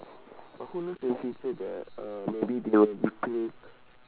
but who knows in future that uh maybe they will replace